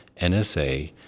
NSA